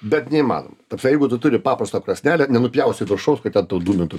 bet neįmanoma jeigu tu turi paprastą krosnelę nenupjausi viršaus kad ten tau dūmintų